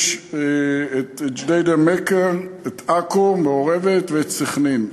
יש ג'דיידה-מכר, עכו, מעורבת, וסח'נין.